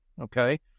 okay